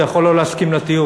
אתה יכול לא להסכים לטיעון,